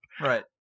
Right